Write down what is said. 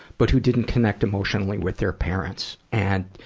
but who didn't connect emotionally with their parents. and,